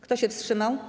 Kto się wstrzymał?